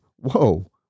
whoa